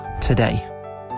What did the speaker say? today